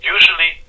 Usually